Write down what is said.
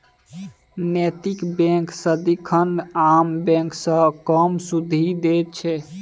नैतिक बैंक सदिखन आम बैंक सँ कम सुदि दैत छै